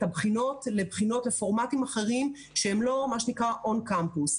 הבחינות לפורמטים אחרים שהם לא מה שנקרא און קמפוס.